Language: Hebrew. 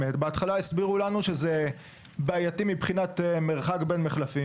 בהתחלה הסבירו לנו שזה בעייתי מבחינת מרחק בין מחלפים,